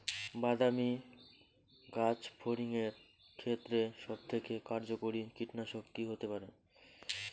বাদামী গাছফড়িঙের ক্ষেত্রে সবথেকে কার্যকরী কীটনাশক কি হতে পারে?